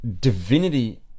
divinity